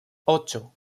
ocho